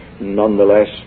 nonetheless